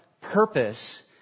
purpose